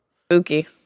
Spooky